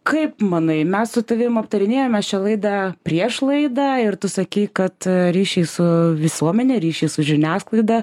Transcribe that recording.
kaip manai mes su tavim aptarinėjome šią laidą prieš laidą ir tu sakei kad ryšiai su visuomene ryšiai su žiniasklaida